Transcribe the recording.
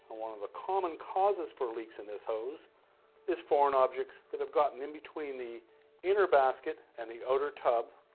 one of the common causes for leaks in this hose is foreign objects that have gotten in between the inner basket and the outer tub